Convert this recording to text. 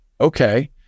okay